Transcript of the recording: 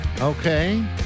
Okay